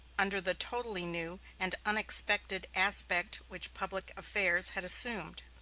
under the totally new and unexpected aspect which public affairs had assumed.